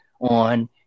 on